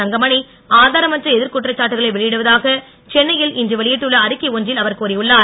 தங்கமணி ஆதாரமற்ற எதிர் குற்றச்சாட்டுகளை வெளியிடுவதாக சென்னையில் இன்று வெளியிட்டுள்ள அறிக்கை ஒன்றில் அவர் கூறியுள்ளார்